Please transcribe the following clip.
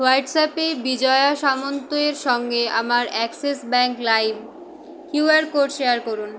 হোয়াটসঅ্যাপে বিজয়া সামন্তের সঙ্গে আমার অ্যাক্সেস ব্যাংক লাইম কিউ আর কোড শেয়ার করুন